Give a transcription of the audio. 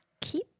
keep